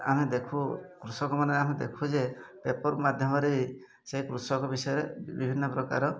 ଆମେ ଦେଖୁ କୃଷକମାନେ ଆମେ ଦେଖୁ ଯେ ପେପର୍ ମାଧ୍ୟମରେ ବି ସେ କୃଷକ ବିଷୟରେ ବିଭିନ୍ନ ପ୍ରକାର